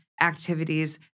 activities